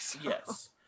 Yes